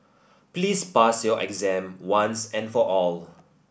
please pass your exam once and for all